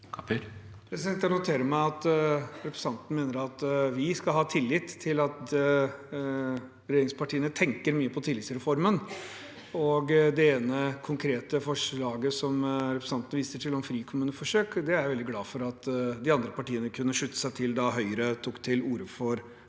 Jeg noterer meg at representanten mener at vi skal ha tillit til at regjeringspartiene tenker mye på tillitsreformen. Det ene konkrete forslaget som representanten viser til, om frikommuneforsøk, er jeg veldig glad for at de andre partiene kunne slutte seg til da Høyre tok til orde for det, men